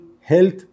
health